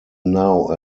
now